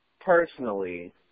personally